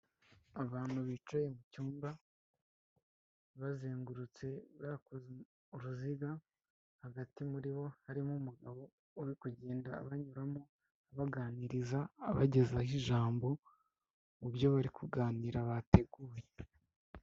Abantu bicaye mu cumba bazengurutse bakoze uruziga, hagati muri bo harimo umugabo uri kugenda abanyuramo, abaganiriza abagezaho ijambo mu byo bari kuganira bateguye.